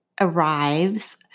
arrives